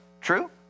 True